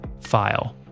file